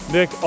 Nick